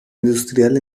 industrial